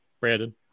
Brandon